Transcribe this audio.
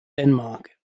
denmark